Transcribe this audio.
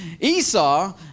Esau